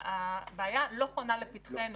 והבעיה לא חונה לפתחנו.